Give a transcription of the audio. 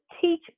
teach